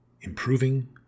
Improving